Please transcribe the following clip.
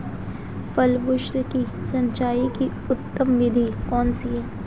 फल वृक्ष की सिंचाई की उत्तम विधि कौन सी है?